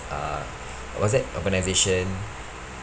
uh what's that organisation